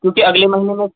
क्योंकि अगले महीने में